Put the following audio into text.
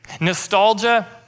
Nostalgia